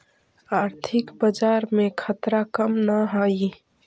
आर्थिक बाजार में खतरा कम न हाई